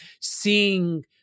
seeing